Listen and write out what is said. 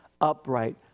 Upright